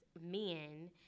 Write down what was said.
men